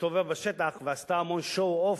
שהסתובבה בשטח ועשתה המון "שואו-אוף"